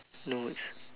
no it's